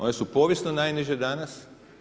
One su povijesno najniže danas.